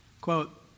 quote